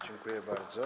Dziękuję bardzo.